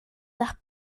las